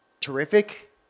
terrific